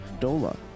Dola